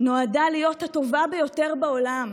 נועדה להיות הטובה ביותר בעולם,